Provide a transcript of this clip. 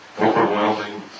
overwhelming